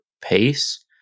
pace